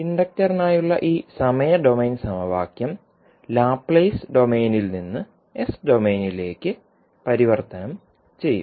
ഇൻഡക്റ്ററിനായുള്ള ഈ സമയ ഡൊമെയ്ൻ സമവാക്യം ലാപ്ലേസ് ഡൊമെയ്നിൽ നിന്ന് എസ് ഡൊമെയ്നിലക്ക് പരിവർത്തനം ചെയ്യും